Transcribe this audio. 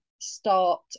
start